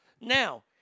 Now